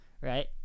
right